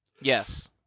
Yes